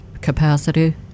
capacity